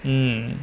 mm